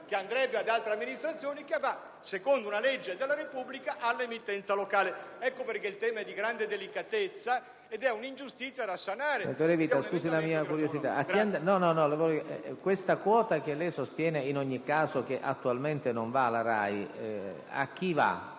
che va ad altre amministrazioni e che dovrebbe andare, secondo una legge della Repubblica, all'emittenza locale. Ecco perché il tema è di grande delicatezza: si tratta di un'ingiustizia da sanare.